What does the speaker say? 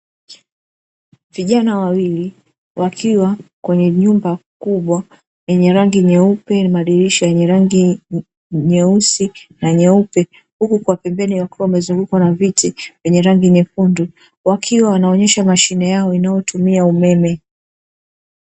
Vijana wawili wakiwa kwenye nyumba kubwa yenye rangi nyeupe madirisha yenye rangi nyeusi na nyeupe, huku kwa pembeni wakiwa wamezungukwa na viti vyenye rangi nyekundu wakiwa wanaonyesha mashine yao inayotumia umeme.